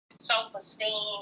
self-esteem